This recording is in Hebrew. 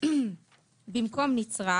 במקום "נצרך"